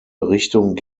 richtung